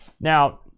Now